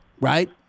right